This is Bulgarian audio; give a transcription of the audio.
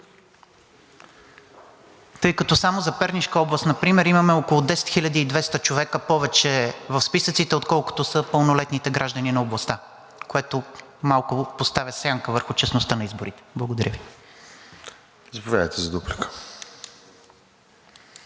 тъй като само за Пернишка област например имаме около 10 хил. 200 човека повече в списъците, отколкото са пълнолетните граждани на областта, което малко поставя сянка върху честността на изборите. Благодаря. ПРЕДСЕДАТЕЛ РОСЕН